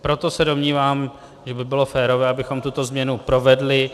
Proto se domnívám, že by bylo férové, abychom tuto změnu provedli.